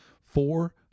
four